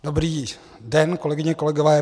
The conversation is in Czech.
Dobrý den, kolegyně, kolegové.